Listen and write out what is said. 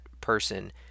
person